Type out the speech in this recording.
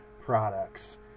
products